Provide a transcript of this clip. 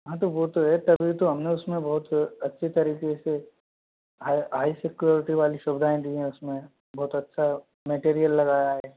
हाँ तो वो तो है तभी तो हमने उसमें बहुत अच्छे तरीके से हाई सिक्यूरिटी वाली सुविधाएँ दी हैं उसमें बहुत अच्छा मेटेरिअल लगाया है